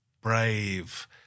brave